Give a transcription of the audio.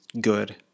good